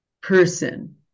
person